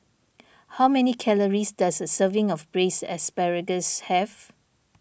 how many calories does a serving of Braised Asparagus have